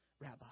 Rabbi